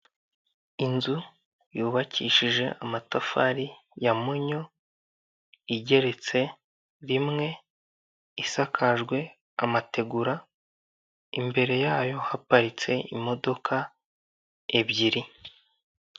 Inzu yubakishije amatafari ya munyo, igeretse rimwe, isakajwe amategura, imbere yayo haparitse imodoka ebyiri.